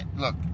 look